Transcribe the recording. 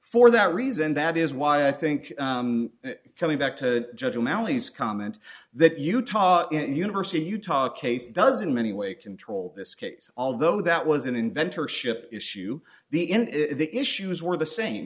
for that reason that is why i think coming back to judge mallees comment that utah and university of utah case doesn't many way control this case although that was an inventor ship issue the end the issues were the same